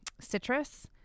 citrus